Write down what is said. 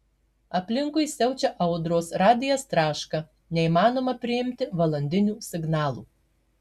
aplinkui siaučia audros radijas traška neįmanoma priimti valandinių signalų